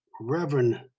Reverend